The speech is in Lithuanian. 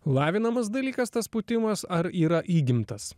lavinamas dalykas tas pūtimas ar yra įgimtas